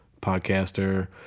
podcaster